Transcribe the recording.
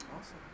Awesome